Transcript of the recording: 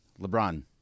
LeBron